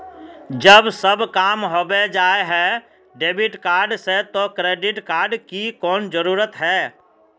जब सब काम होबे जाय है डेबिट कार्ड से तो क्रेडिट कार्ड की कोन जरूरत है?